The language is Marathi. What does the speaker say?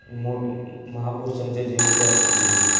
मोठ्या महापुरुषांच्या जयंत्या असतील